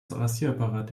rasierapparat